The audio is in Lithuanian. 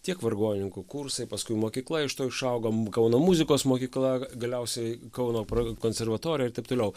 tiek vargonininkų kursai paskui mokykla iš to išaugo kauno muzikos mokykla galiausiai kauno pro konservatoriją ir taip toliau